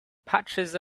patches